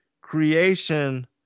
creation